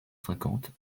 cinquante